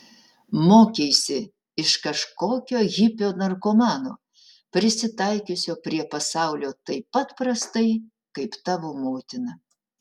mokeisi iš kažkokio hipio narkomano prisitaikiusio prie pasaulio taip pat prastai kaip tavo motina